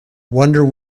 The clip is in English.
wonder